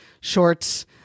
shorts